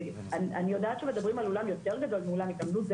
אני יודעת שמדברים על אולם יותר גדול מאולם התעמלות,